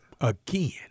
Again